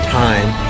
time